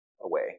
away